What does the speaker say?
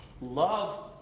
love